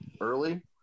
early